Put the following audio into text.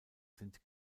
sind